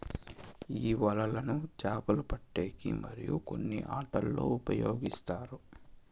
ఈ వలలను చాపలు పట్టేకి మరియు కొన్ని ఆటలల్లో ఉపయోగిస్తారు